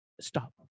stop